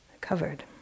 covered